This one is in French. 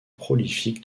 prolifique